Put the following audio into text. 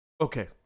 Okay